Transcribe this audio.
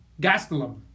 Gastelum